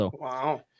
Wow